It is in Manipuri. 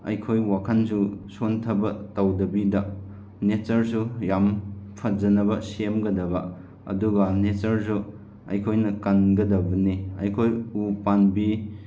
ꯑꯩꯈꯣꯏ ꯋꯥꯈꯟꯁꯨ ꯁꯤꯟꯊꯕ ꯇꯧꯗꯕꯤꯗ ꯅꯦꯆꯔꯁꯨ ꯌꯥꯝ ꯐꯖꯅꯕ ꯁꯦꯝꯒꯗꯕ ꯑꯗꯨꯒ ꯅꯦꯆꯔꯁꯨ ꯑꯩꯈꯣꯏꯅ ꯀꯟꯒꯗꯕꯅꯤ ꯑꯩꯈꯣꯏ ꯎ ꯄꯥꯝꯕꯤ